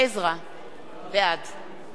בעד חמד עמאר,